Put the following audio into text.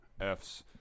f's